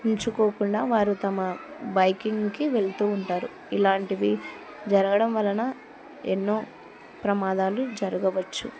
ఉంచుకోకుండా వారు తమ బైకింగ్కి వెళ్తూ ఉంటారు ఇలాంటివి జరగడం వలన ఎన్నో ప్రమాదాలు జరగవచ్చు